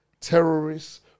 terrorists